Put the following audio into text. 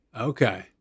okay